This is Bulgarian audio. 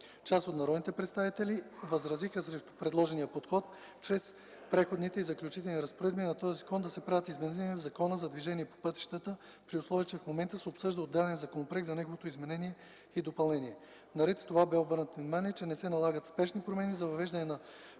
Част от народните представители възразиха срещу предложения подход чрез Преходните и заключителни разпоредби на този закон да се правят изменения в Закона за движение по пътищата, при условие че в момента се обсъжда отделен законопроект за неговото изменение и допълнение. Наред с това бе обърнато внимание, че не се налагат спешни промени за въвеждане на